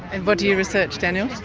and what do you research, daniel?